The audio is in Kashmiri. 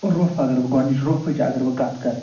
روٚف اگر بہٕ گۄڈنِچۍ روٚفٕچۍ اگر بہٕ کتھ کَرٕ